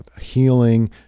healing